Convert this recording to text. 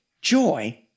Joy